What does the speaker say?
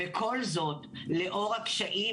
וכל זאת, לאור הקשיים,